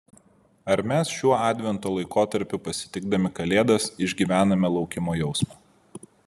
ar mes šiuo advento laikotarpiu pasitikdami kalėdas išgyvename laukimo jausmą